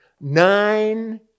Nine